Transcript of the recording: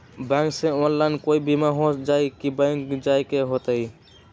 Bank से online कोई बिमा हो जाई कि बैंक जाए के होई त?